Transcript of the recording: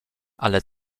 ale